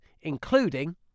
including